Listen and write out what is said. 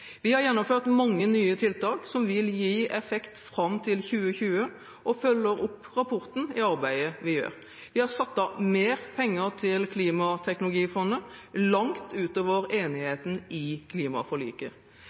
Vi har gjennomført mange nye tiltak som vil gi effekt fram til 2020 og følger opp rapporten i arbeidet vi gjør. Vi har satt av mer penger til Klimateknologifondet langt utover enigheten i klimaforliket.